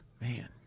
Man